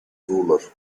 ruler